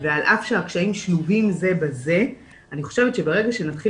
ועל אף שהקשיים שלובים זה בזה אני חושבת שברגע שנתחיל